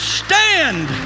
stand